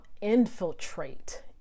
infiltrate